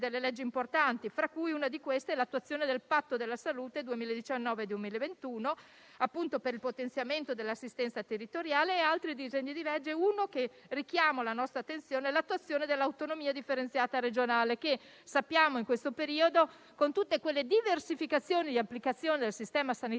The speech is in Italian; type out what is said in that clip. delle leggi importanti. Una di questa è l'attuazione del patto della salute 2019-2021 per il potenziamento dell'assistenza territoriale. Tra gli altri disegni di legge, richiamo alla nostra attenzione quello sull'attuazione dell'autonomia differenziata regionale, che in questo periodo, con tutte le diversificazioni di applicazione del sistema sanitario